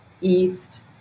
east